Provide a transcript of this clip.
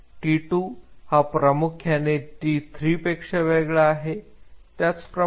T2 हा प्रामुख्याने T3 पेक्षा वेगळा आहे त्याचप्रमाणे T3 ते T4